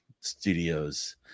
studios